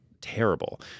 terrible